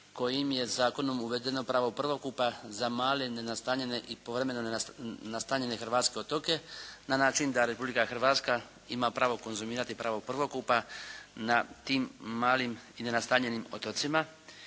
kojim je zakonom uvedeno pravo prvokupa za male, nenastanjene i povremeno nastanjene hrvatske otoke na način da Republika Hrvatska ima pravo konzumirati pravo prvokupa na tim malim i nenastanjenim otocima.